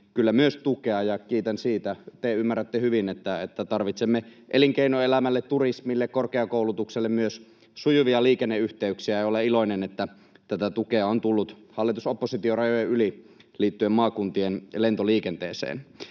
kyllä myös tukea, ja kiitän siitä. Te ymmärrätte hyvin, että tarvitsemme elinkeinoelämälle, turismille, korkeakoulutukselle myös sujuvia liikenneyhteyksiä, ja olen iloinen, että tätä tukea on tullut hallitus—oppositio-rajojen yli liittyen maakuntien lentoliikenteeseen.